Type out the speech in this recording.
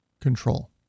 control